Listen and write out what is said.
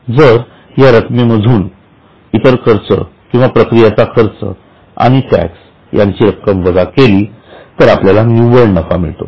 जर या रक्कमेमधून मधून इतर खर्च किंवा प्रक्रियांचे खर्च आणि टॅक्स याची रक्कम वजा केली तर आपल्याला निव्वळ नफा मिळतो